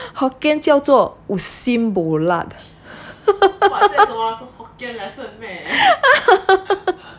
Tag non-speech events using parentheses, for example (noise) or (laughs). hokkien 叫做 wu xim bo lat (laughs)